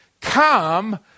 come